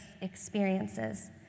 experiences